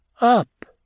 up